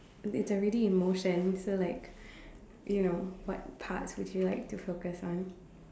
if it's already in motion so like you know what parts would you like to focus on